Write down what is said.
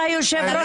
אתה יושב-ראש.